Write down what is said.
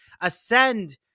ascend